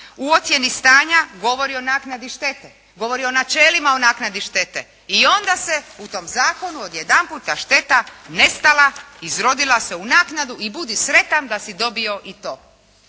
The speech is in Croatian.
u ocjeni stanja govori o naknadi štete, govori o načelima o naknadi štete. I onda se u tom zakonu odjedanputa šteta nestala, izrodila se u naknadu i budi sretan da si dobio i to.